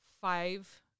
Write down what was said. five